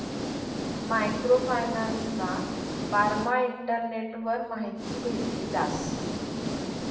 micro फायनान्सना बारामा इंटरनेटवर माहिती भेटी जास